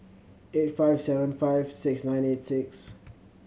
eight five seven five six nine eight six